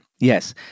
Yes